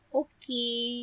okay